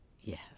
Yes